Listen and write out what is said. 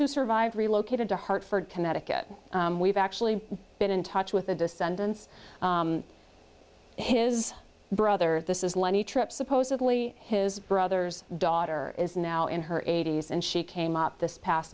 who survived relocated to hartford connecticut we've actually been in touch with the descendants his brother this is lenny tripp supposedly his brother's daughter is now in her eighty's and she came up this past